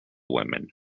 women